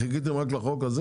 חיכיתם רק לחוק הזה?